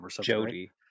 Jody